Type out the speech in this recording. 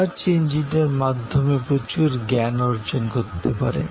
search ইঞ্জিনের মাধ্যমে প্রচুর জ্ঞান অর্জন করতে পারেন